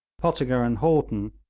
pottinger and haughton,